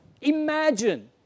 Imagine